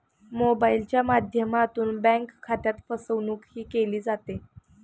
मोबाइलच्या माध्यमातून बँक खात्यात फसवणूकही केली जाते